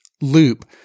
loop